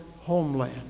homeland